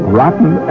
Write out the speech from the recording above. rotten